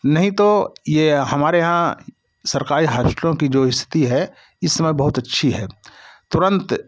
नहीं तो ये हमारे यहाँ सरकारी हॉस्पिटलों की जो स्थिति है इसमें बहुत अच्छी है तुरंत